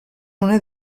una